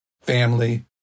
family